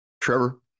trevor